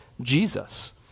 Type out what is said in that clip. Jesus